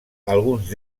alguns